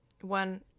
One